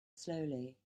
slowly